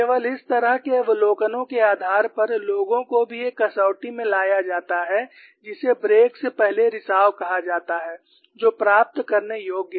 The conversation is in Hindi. केवल इस तरह के अवलोकनों के आधार पर लोगों को भी एक कसौटी में लाया जाता है जिसे ब्रेक से पहले रिसाव कहा जाता है जो प्राप्त करने योग्य है